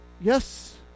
Yes